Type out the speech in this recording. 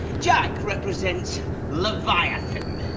jack represents leviathan.